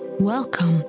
Welcome